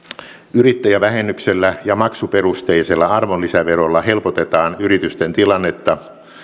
yrittäjävähennyksellä ja maksuperusteisella arvonlisäverolla helpotetaan yritysten tilannetta